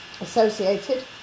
associated